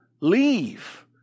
Leave